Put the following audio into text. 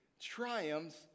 triumphs